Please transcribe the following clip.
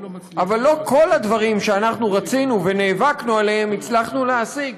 אבל לא כל הדברים שאנחנו רצינו ונאבקנו עליהם הצלחנו להשיג.